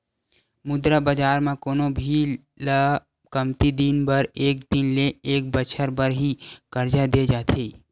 मुद्रा बजार म कोनो भी ल कमती दिन बर एक दिन ले एक बछर बर ही करजा देय जाथे